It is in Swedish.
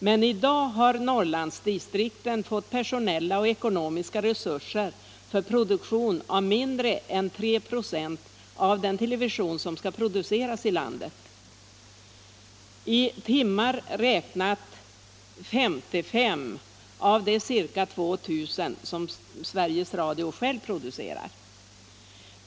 Men i dag har Norrlandsdistrikten fått personella och ekonomiska resurser för produktion av mindre än 3 ". av den television som skall produceras i landet, i timmar räknat 55 av de ca 2 000 som Sveriges Radio själv producerar.